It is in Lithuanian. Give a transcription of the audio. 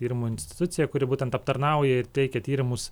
tyrimų institucija kuri būtent aptarnauja ir teikia tyrimus